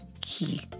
key